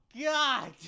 god